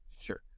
Sure